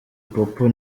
popo